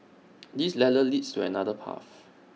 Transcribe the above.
this ladder leads to another path